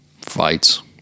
Fights